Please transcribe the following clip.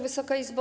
Wysoka Izbo!